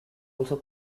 also